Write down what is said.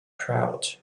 trout